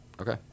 Okay